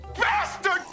bastard